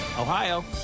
Ohio